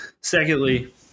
secondly